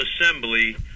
Assembly